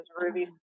ruby